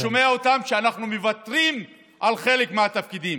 ואני שומע אותם: אנחנו מוותרים על חלק מהתפקידים.